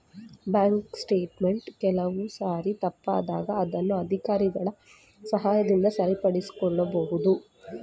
bank statement ಕೆಲವು ಸಾರಿ ತಪ್ಪಾದಾಗ ಅದನ್ನು ಅಧಿಕಾರಿಗಳ ಸಹಾಯದಿಂದ ಸರಿಪಡಿಸಿಕೊಳ್ಳಬಹುದು